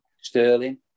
Sterling